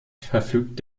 verfügt